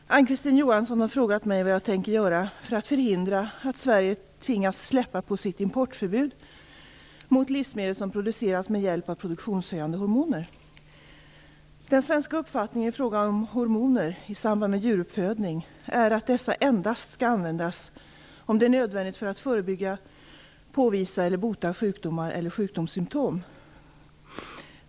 Fru talman! Ann-Kristine Johansson har frågat mig vad jag tänker göra för att förhindra att Sverige tvingas släppa på sitt importförbud mot livsmedel som producerats med hjälp av produktionshöjande hormoner. Den svenska uppfattningen i fråga om hormoner i samband med djuruppfödning är att dessa endast skall användas om det är nödvändigt för att förebygga, påvisa eller bota sjukdomar eller sjukdomssymtom.